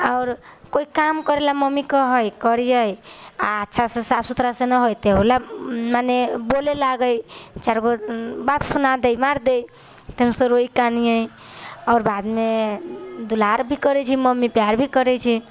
आओर कोइ काम करैलए मम्मी कहै करिए आओर अच्छासँ साफ सुथरासँ नहि होइ तहूलए मने बोलै लागै चारिगो बात सुना दै मारि दै तऽ हमसब रोइ कानिए आओर बादमे दुलार भी करै छै मम्मी प्यार भी करै छै